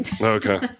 Okay